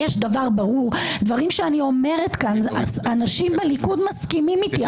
דברים שאני אומרת כאן, אנשים בליכוד מסכימים איתי.